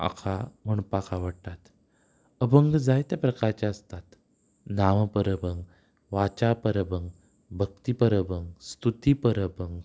म्हाका म्हणपाक आवडटात अभंग जायते प्रकाराचे आसतात नावापर अभंग वाच्यापर अभंग भक्तीपर अभंग स्तुतिपर अभंग